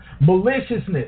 maliciousness